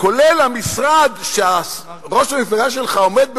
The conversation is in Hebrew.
כולל המשרד שראש המפלגה שלך עומד בראשו,